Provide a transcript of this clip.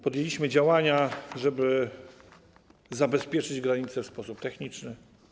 Podjęliśmy działania, żeby zabezpieczyć granicę w sposób techniczny.